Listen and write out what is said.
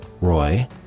Roy